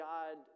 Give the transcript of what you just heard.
God